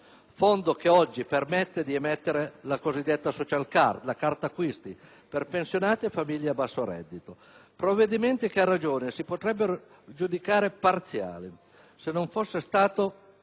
fondo che oggi permette di emettere la cosiddetta *social card*, la carta acquisti per pensionati e famiglie a basso reddito. Si tratta di provvedimenti che a ragione si potrebbero giudicare parziali se non fossero stati